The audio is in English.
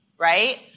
Right